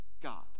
God